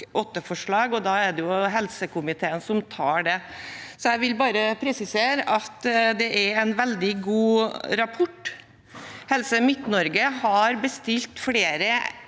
og da er det helsekomiteen som tar det. Jeg vil bare presisere at det er en veldig god rapport. Helse Midt-Norge har bestilt flere